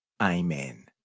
Amen